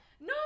No